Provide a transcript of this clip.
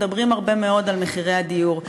מדברים הרבה מאוד על מחירי הדיור,